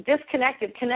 disconnected